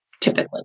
typically